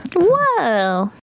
Whoa